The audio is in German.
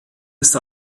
ist